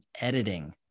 editing